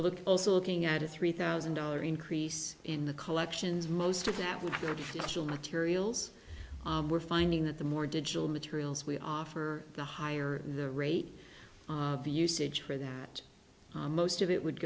time also looking at a three thousand dollar increase in the collections most of that would go to actual materials we're finding that the more digital materials we offer the higher the rate of usage for that most of it would